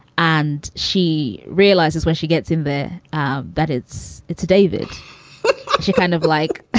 and she realizes when she gets in there um that it's it's david she kind of like.